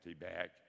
back